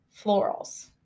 florals